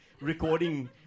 recording